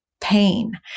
pain